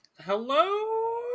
Hello